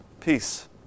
Peace